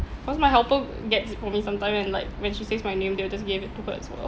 cause my helper gets it for me sometime and like when she says my name they will just give it to her as well